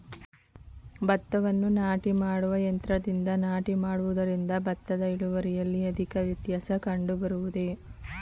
ಭತ್ತವನ್ನು ನಾಟಿ ಮಾಡುವ ಯಂತ್ರದಿಂದ ನಾಟಿ ಮಾಡುವುದರಿಂದ ಭತ್ತದ ಇಳುವರಿಯಲ್ಲಿ ಅಧಿಕ ವ್ಯತ್ಯಾಸ ಕಂಡುಬರುವುದೇ?